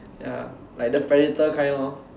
ya like the predator kind lor